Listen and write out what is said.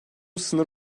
sınır